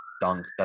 dunk